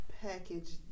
package